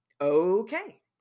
okay